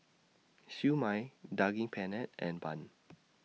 Siew Mai Daging Penyet and Bun